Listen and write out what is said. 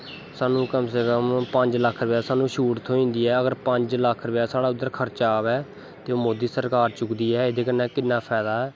कम से कम पंज लक्ख रपेआ शूट थ्होई जंदी ऐ अगर पंज लक्ख रपेआ साढ़ा उध्दर खर्चा अवै ते ओह् मोदी सरकार चुकदी ऐ एह्दे कन्नै किन्ना फैदा ऐ